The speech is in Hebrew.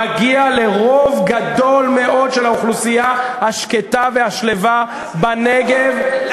מגיע לרוב גדול מאוד של האוכלוסייה השקטה והשלווה בנגב,